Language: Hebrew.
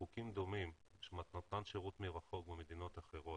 בחוקים דומים של מתן שירות מרחוק במדינות אחרות,